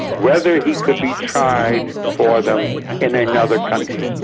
whether he could be tried for them in another country.